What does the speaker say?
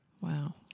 Wow